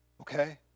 Okay